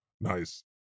Nice